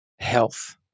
health